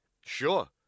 sure